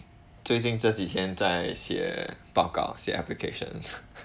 最近这几天在写报告写 applications